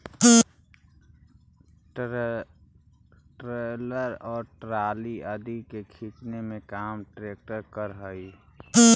trailer और trolley आदि के खींचे के काम ट्रेक्टर करऽ हई